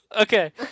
okay